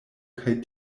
kaj